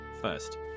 First